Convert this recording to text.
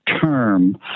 term